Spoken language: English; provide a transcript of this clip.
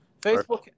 Facebook